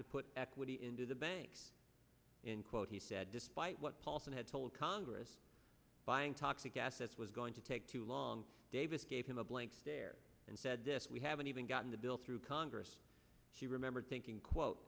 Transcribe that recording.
to put equity into the banks in quote he said despite what paulson had told congress buying toxic assets was going to take too long davis gave him a blank stare and said this we haven't even gotten the bill through congress she remembered thinking quote